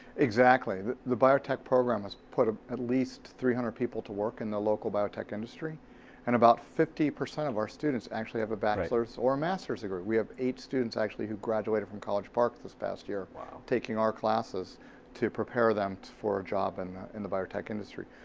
exactly. the, the biotech program has put ah at least three hundred people to work in the local biotech industry and about fifty percent of our students actually have a bachelor's or master's degree. we have eight students actually who graduated from college park this past year taking our classes to prepare them for a job and in, in the biotech industry.